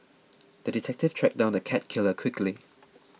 the detective tracked down the cat killer quickly